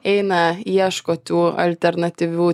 eina ieško tų alternatyvių